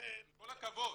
עם כל הכבוד.